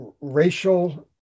racial